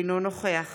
אינו נוכח